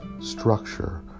structure